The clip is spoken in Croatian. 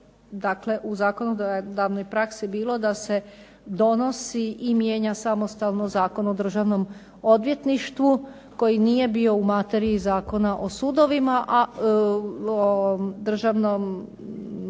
je u zakonodavnoj praksi bilo da se donosi i mijenja samostalno Zakon o državnom odvjetništvu koji nije bio u materiji Zakona o sudovima, a DSV-u koji